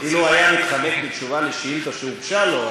אילו הוא היה מתחמק מתשובה על שאילתה שהוגשה לו,